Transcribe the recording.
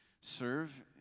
serve